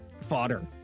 fodder